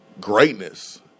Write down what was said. greatness